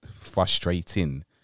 frustrating